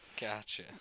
Gotcha